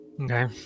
Okay